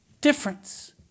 difference